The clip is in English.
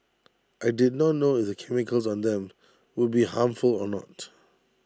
I did not know if the chemicals on them would be harmful or not